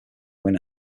win